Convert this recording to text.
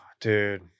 Dude